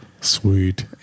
Sweet